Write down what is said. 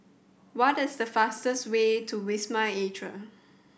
what is the fastest way to Wisma Atria